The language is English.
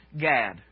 Gad